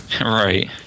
Right